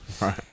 Right